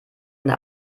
eine